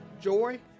joy